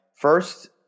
First